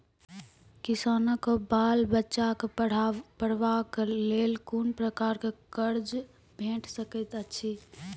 किसानक बाल बच्चाक पढ़वाक लेल कून प्रकारक कर्ज भेट सकैत अछि?